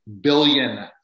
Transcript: billion